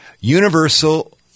universal